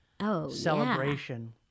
celebration